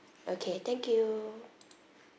okay thank you